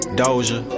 doja